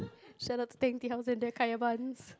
set up twenty house in the kaya buns